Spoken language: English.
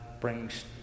brings